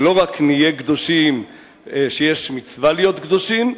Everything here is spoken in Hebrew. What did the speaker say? שלא רק נהיה קדושים כשיש מצווה להיות קדושים,